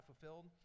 fulfilled